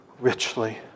richly